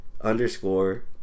underscore